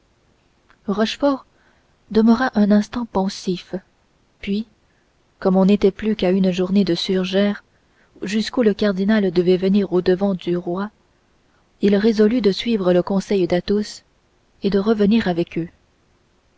demeura un instant pensif puis comme on n'était plus qu'à une journée de surgères jusqu'où le cardinal devait venir au-devant du roi il résolut de suivre le conseil d'athos et de revenir avec eux